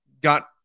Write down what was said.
got